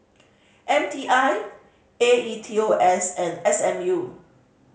M T I A E T O S and S M U